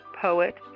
poet